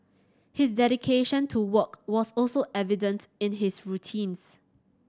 his dedication to work was also evident in his routines